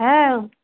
হ্যাঁ